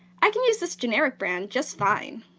i can use this generic brand just fine.